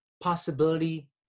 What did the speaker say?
possibility